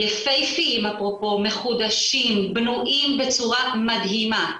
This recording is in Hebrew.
יפהפיים, מחודשים ונוגעים בצורה מדהימה,